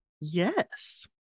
Yes